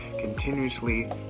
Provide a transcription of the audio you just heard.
continuously